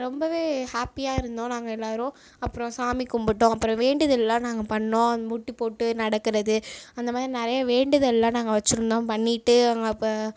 ரொம்பவே ஹேப்பியாக இருந்தோம் நாங்கள் எல்லோரும் அப்புறம் சாமி கும்பிட்டோம் அப்புறம் வேண்டுதல்லாம் நாங்கள் பண்ணோம் முட்டிப் போட்டு நடக்கிறது அந்த மாதிரி நிறைய வேண்டுதல்லாம் நாங்கள் வச்சிருந்தோம் பண்ணிட்டு அங்கே அப்போ